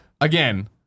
again